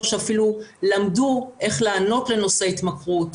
אנחנו רואים אנשים שכותבים באתר הזה ומשתפים ומקבלים תגובות בקבוצת